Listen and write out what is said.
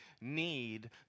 need